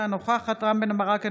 אינה נוכחת רם בן ברק,